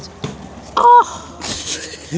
किसान लाक ऋण प्राप्त करवार तने कोई विशेष लाभ छे कि?